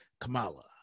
Kamala